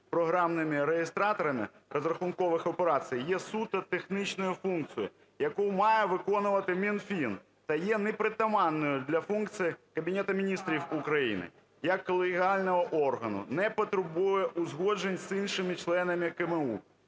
програмними реєстраторами розрахункових операцій є суто технічною функцією, яку має виконувати Мінфін, та є непритаманною для функцій Кабінету Міністрів як колегіального органу, не потребує узгоджень з іншими членами КМУ.